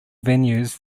venues